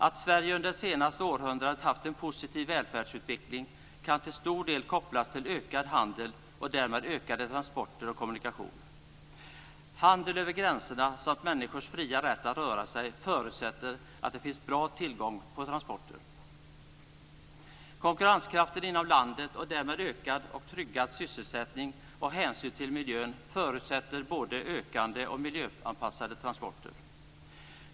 Att Sverige under det senaste århundradet haft en positiv välfärdsutveckling kan till stor del kopplas till ökad handel och därmed ökade transporter och ökad kommunikation. Handel över gränserna samt människors fria rätt att röra sig förutsätter att det finns god tillgång till transporter. Konkurrenskraften inom landet, och därmed en ökad och tryggad sysselsättning och hänsyn till miljön, förutsätter både ökande och miljöanpassade transporter.